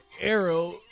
arrow